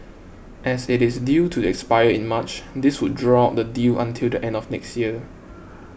as it is due to expire in March this would draw out the deal until the end of next year